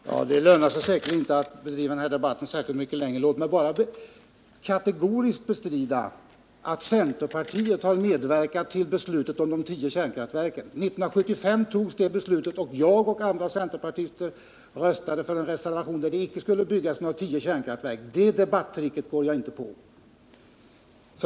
Herr talman! Det lönar sig säkerligen inte att driva denna debatt särskilt mycket längre. Låt mig bara kategoriskt bestrida, att centerpartiet har medverkat till beslutet om de tio kärnkraftverken. Det beslutet fattades 1975, och jag och andra centerpartister röstade då för en reservation med krav på att det inte skulle byggas tio kärnkraftverk. Det debattricket går jag inte på.